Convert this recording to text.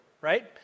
right